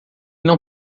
não